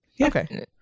Okay